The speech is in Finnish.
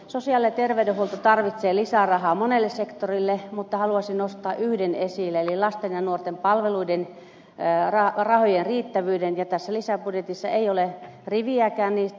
sosiaali ja terveydenhuolto tarvitsee lisää rahaa monelle sektorille mutta haluaisin nostaa yhden esille eli lasten ja nuorten palveluiden rahojen riittävyyden ja tässä lisäbudjetissa ei ole riviäkään niistä